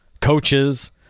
coaches –